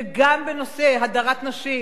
וגם בנושא הדרת נשים.